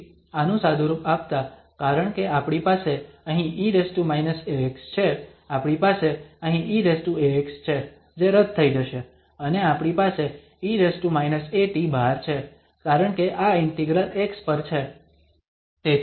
તેથી આનુ સાદુરૂપ આપતાં કારણ કે આપણી પાસે અહીં e−ax છે આપણી પાસે અહીં eax છે જે રદ થઈ જશે અને આપણી પાસે e−at બહાર છે કારણ કે આ ઇન્ટિગ્રલ x પર છે